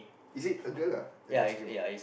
is it a girl lah a girl scream ah